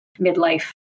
midlife